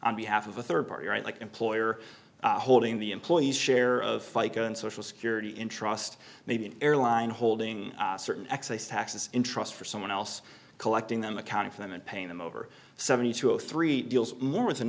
on behalf of a third party right like an employer holding the employee's share of fica and social security in trust maybe an airline holding certain excise taxes in trust for someone else collecting them accounting for them and paying them over seventy two or three deals more with an